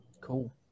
Cool